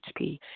HP